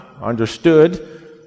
understood